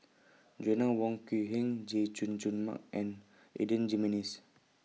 Joanna Wong Quee Heng Chay Jung Jun Mark and Adan Jimenes